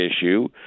issue